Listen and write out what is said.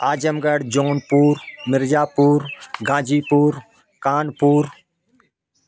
Azamgarh Jaunpur Mirzapur Ghazipur Kanpur